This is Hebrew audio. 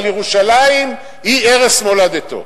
אבל ירושלים ערש מולדתו.